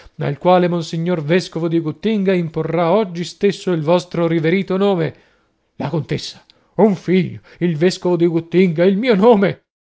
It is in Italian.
al quale monsignor vescovo di guttinga imporrà oggi stesso il vostro riverito nome la contessa un figlio il vescovo di guttinga il mio nome